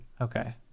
Okay